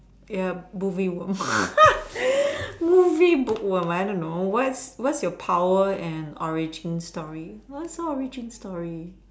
ya movie worm movie bookworm I don't know what's what's your power and origin story what's your origin story